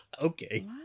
Okay